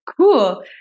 Cool